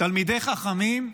תלמידי חכמים,